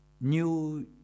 new